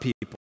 people